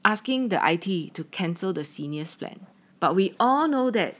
asking the I_T to cancel the seniors plan but we all know that